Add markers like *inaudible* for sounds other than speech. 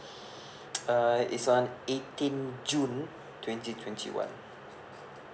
*noise* uh is on eighteenth june twenty twenty one